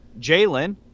Jalen